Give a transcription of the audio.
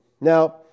Now